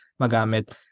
magamit